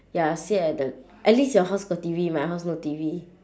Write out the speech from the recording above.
ya sit at the at least your house got T_V my house no T_V